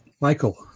Michael